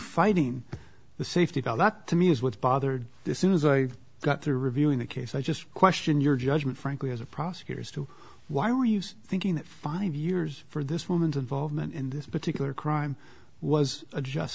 fighting the safety valve that to me is what bothered this is as i got through reviewing the case i just question your judgment frankly as a prosecutor as to why are you thinking that five years for this woman's involvement in this particular crime was a just